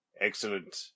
Excellent